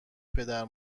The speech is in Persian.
پدرو